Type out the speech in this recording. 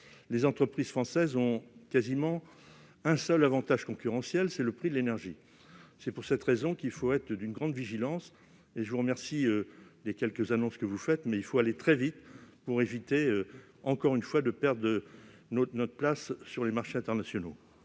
Les entreprises françaises ont quasiment un seul avantage concurrentiel : le prix de l'énergie. C'est pour cette raison qu'il faut être d'une grande vigilance. Je vous remercie donc des quelques annonces que vous faites, mais il faut aller très vite, afin d'éviter de perdre, encore une fois, notre place sur les marchés internationaux.